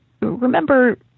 Remember